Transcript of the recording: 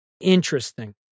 Interesting